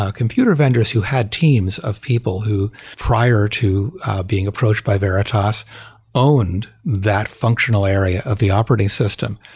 ah computer vendors who had teams of people who prior to being approached by veritas owned that functional area of the operating system.